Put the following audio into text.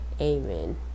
amen